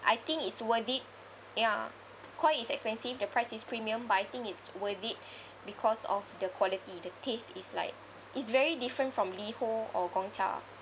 I think it's worthy ya Koi is expensive the price is premium but I think it's worth it because of the quality the taste is like is very different from Liho or Gongcha